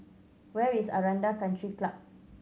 where is Aranda Country Club